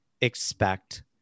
expect